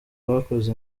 bakoze